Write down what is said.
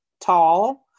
tall